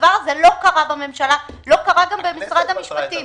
הדבר הזה לא קרה בממשלה, לא קרה גם במשרד המשפטים.